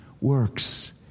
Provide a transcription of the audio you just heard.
works